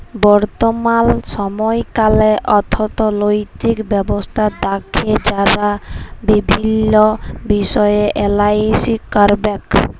বর্তমাল সময়কার অথ্থলৈতিক ব্যবস্থা দ্যাখে যারা বিভিল্ল্য বিষয় এলালাইস ক্যরবেক